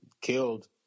killed